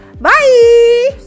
bye